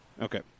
Okay